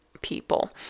people